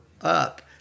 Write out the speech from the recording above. up